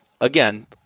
again